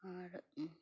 ᱟᱨ